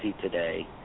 today